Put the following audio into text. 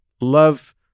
love